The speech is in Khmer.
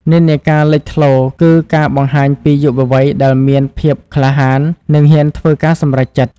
និន្នាការលេចធ្លោ គឺការបង្ហាញពីយុវវ័យដែលមានភាពក្លាហាននិងហ៊ានធ្វើការសម្រេចចិត្ត។